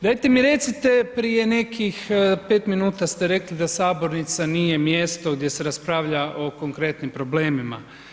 Dajte mi recite prije nekih pet minuta ste rekli da sabornica nije mjesto gdje se raspravlja o konkretnim problemima.